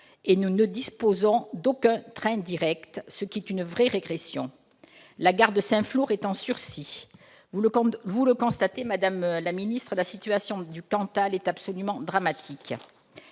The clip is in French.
-et nous ne disposons d'aucun train direct, ce qui représente une vraie régression. La gare de Saint-Flour est en sursis. Vous le voyez, la situation du Cantal est absolument dramatique.